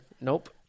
Nope